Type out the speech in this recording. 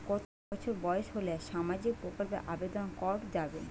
কত বছর বয়স হলে সামাজিক প্রকল্পর আবেদন করযাবে?